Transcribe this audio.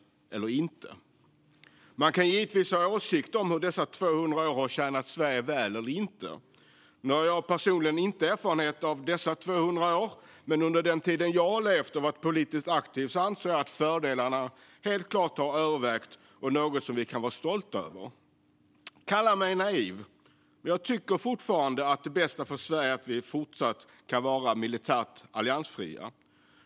Man kan givetvis ha olika åsikter om dessa 200 år har tjänat Sverige väl. Nu har jag personligen inte erfarenhet av alla dessa 200 år, men under den tid som jag har levt och varit politiskt aktiv anser jag att fördelarna helt klart har övervägt och att det är något som vi kan vara stolta över. Kalla mig naiv, men jag tycker fortfarande att det bästa för Sverige är att vi fortsatt kan vara militärt alliansfria.